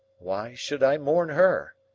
why should i mourn her?